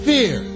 Fear